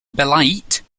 belait